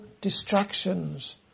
distractions